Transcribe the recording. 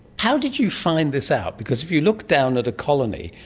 how did you find this out, because if you look down at a colony,